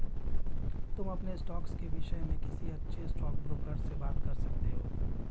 तुम अपने स्टॉक्स के विष्य में किसी अच्छे स्टॉकब्रोकर से बात कर सकते हो